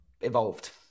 evolved